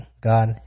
God